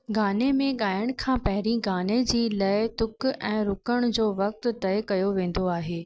गाने में ॻाइण खां पहिरीं गाने जी लय तुक ऐं रुकण जो वक़्तु तय कयो वेंदो आहे